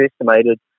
estimated